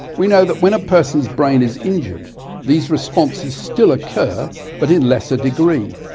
we know that when a person's brain is injured these responses still occur but in lesser degree